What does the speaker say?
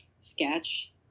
sketch